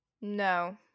No